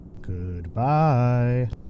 Goodbye